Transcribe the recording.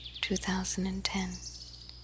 2010